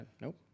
Nope